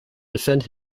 defend